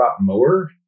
mower